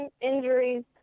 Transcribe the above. injuries